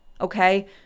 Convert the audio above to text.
Okay